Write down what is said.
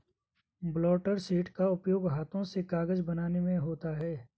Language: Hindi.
ब्लॉटर शीट का उपयोग हाथ से कागज बनाने में होता है